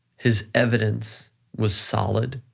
his evidence was solid.